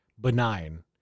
benign